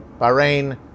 Bahrain